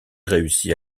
réussit